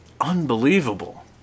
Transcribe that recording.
unbelievable